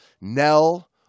Nell